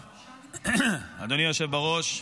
אדוני היושב בראש,